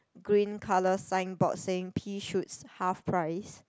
green colour signboard saying pea shoots half price